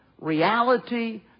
reality